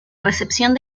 recepción